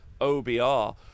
OBR